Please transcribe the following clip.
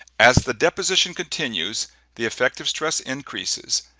as the deposition continues the effective stress increases,